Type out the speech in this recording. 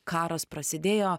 karas prasidėjo